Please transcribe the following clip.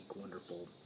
wonderful